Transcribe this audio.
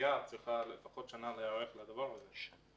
התעשייה צריכה לפחות שנה להיערך לזה.